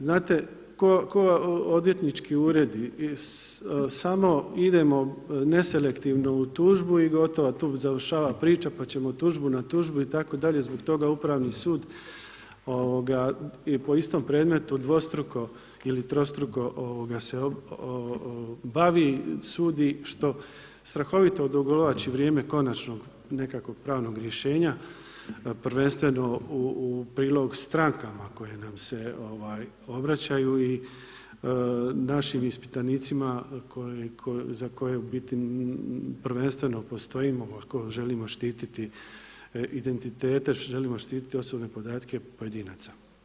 Znate kao odvjetnički uredi, samo idemo neselektivno u tužbu i gotovo tu završava priča pa ćemo tužbu na tužbu, itd., zbog toga upravni sud je po istom predmetu dvostruko ili trostruko se bavi, sudi, što strahovito odugovlači vrijeme konačnog nekakvog pravnog rješenja prvenstveno u prilog strankama koje nam se obraćaju i našim ispitanicima za koje u biti prvenstveno postojimo ako želimo štititi identitete, želimo štititi osobne podatke pojedinaca.